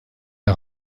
der